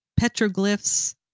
petroglyphs